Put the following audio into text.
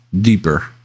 deeper